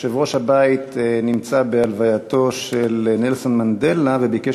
יושב-ראש הבית נמצא בהלווייתו של נלסון מנדלה וביקש